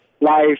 life